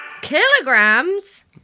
Kilograms